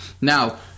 Now